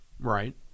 right